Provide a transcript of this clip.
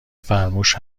فرموش